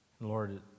Lord